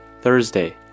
Thursday